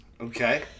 Okay